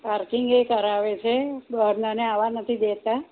parking એ કરાવે છે બહારનાને આવવા નથી દેતાં